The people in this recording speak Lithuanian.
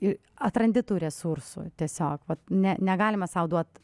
ir atrandi tų resursų tiesiog vat ne negalime sau duot